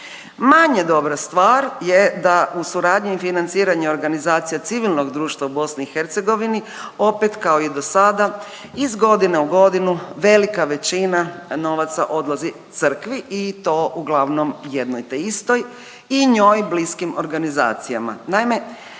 Manje dobra stvar je da u suradnji i financiranju organizacija civilnog društva u BiH opet kao i dosada iz godine u godinu velika većina novaca odlazi crkvi i to uglavnom jednoj te istoj i njoj bliskim organizacijama.